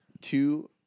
two